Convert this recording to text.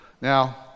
Now